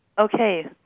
Okay